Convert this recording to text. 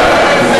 אתה מסכים אתו.